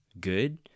good